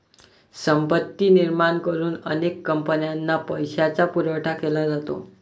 संपत्ती निर्माण करून अनेक कंपन्यांना पैशाचा पुरवठा केला जातो